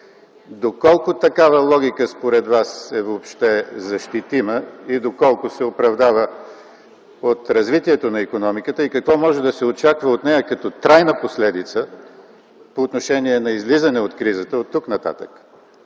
Доколко такава логика според Вас е въобще защитима и доколко се оправдава от развитието на икономиката, и какво може да се очаква от нея като трайна последица по отношение на излизане от кризата оттук нататък?